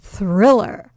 Thriller